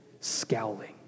scowling